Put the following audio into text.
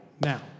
now